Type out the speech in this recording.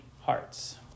hearts